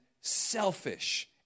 selfish